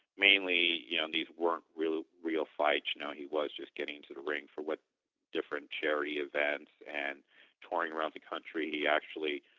mainly yeah on these weren't real fights, you know he was just getting to the ring for what different charity events and touring around the country he actually